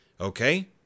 Okay